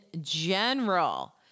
general